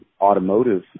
automotive